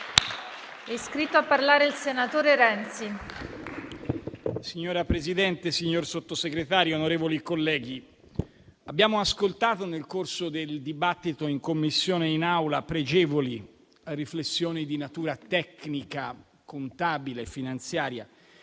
Signora Presidente, signor Sottosegretario, onorevoli colleghi, abbiamo ascoltato nel corso del dibattito in Commissione e in Assemblea pregevoli riflessioni di natura tecnica, contabile e finanziaria.